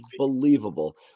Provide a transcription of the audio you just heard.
unbelievable